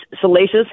salacious